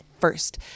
first